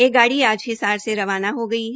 एक गाड़ी आज हिसार से रवाना हो गई है